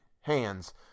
hands